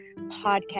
podcast